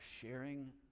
sharing